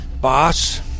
boss